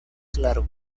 claro